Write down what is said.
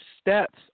steps